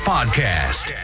Podcast